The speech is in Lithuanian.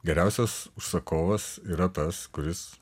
geriausias užsakovas yra tas kuris